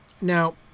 Now